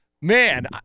Man